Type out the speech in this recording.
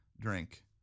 drink